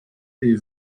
est